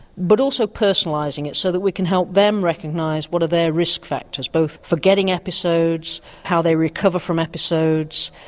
but also personalising it so that we can help them recognise what are their risk factors both for getting episodes, how they recover from episodes,